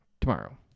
tomorrow